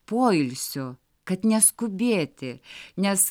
poilsio kad neskubėti nes